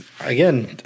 again